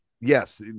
yes